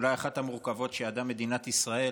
אולי אחת המורכבות שידעה מדינת ישראל.